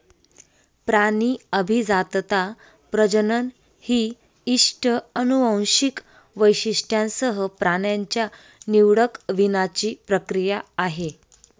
प्राणी अभिजातता, प्रजनन ही इष्ट अनुवांशिक वैशिष्ट्यांसह प्राण्यांच्या निवडक वीणाची प्रक्रिया आहे